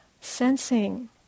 sensing